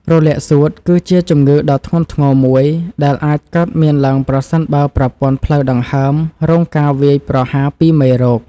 រលាកសួតគឺជាជំងឺដ៏ធ្ងន់ធ្ងរមួយដែលអាចកើតមានឡើងប្រសិនបើប្រព័ន្ធផ្លូវដង្ហើមរងការវាយប្រហារពីមេរោគ។